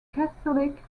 catholic